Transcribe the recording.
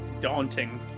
Daunting